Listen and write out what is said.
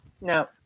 no